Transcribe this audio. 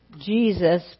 Jesus